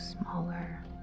smaller